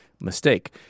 Mistake